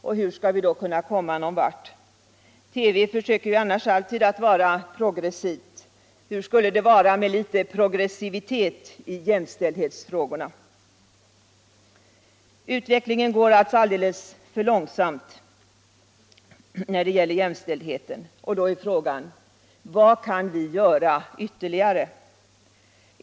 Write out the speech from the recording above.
Och hur skall vi då kunna komma någon vart? TV försöker ju annars alltid att vara progressiv — hur skulle det vara med litet progressivitet i jämställdhetsfrågorna? Utvecklingen går alltså alldeles för långsamt när det gäller jämställdheten och då är frågan: Vad kan vi göra ytterligare?